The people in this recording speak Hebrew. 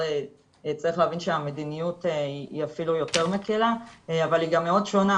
צריך להבין שהמדיניות היא אפילו יותר מקלה אבל היא גם מאוד שונה,